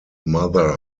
mother